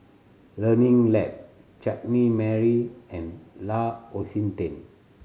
Learning Lab Chutney Mary and L'Occitane